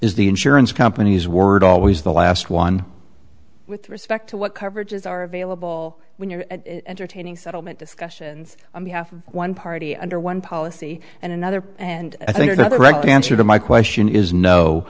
is the insurance company's word always the last one with respect to what coverages are available when you're entertaining settlement discussions on behalf of one party under one policy and another and i think that the record answer to my question is no